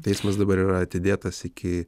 teismas dabar yra atidėtas iki